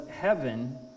heaven